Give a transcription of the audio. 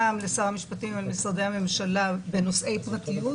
גם לשר המשפטים ולמשרדי הממשלה בנושאי פרטיות,